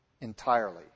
entirely